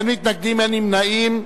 אין מתנגדים, אין נמנעים.